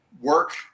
work